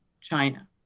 China